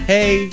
Hey